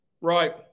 Right